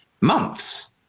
months